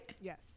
yes